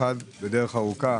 הלכנו ביחד בדרך ארוכה.